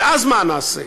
ואז מה נעשה?